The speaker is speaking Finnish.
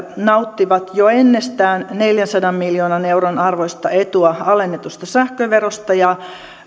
nauttivat jo ennestään neljänsadan miljoonan euron arvoista etua alennetusta sähköverosta ja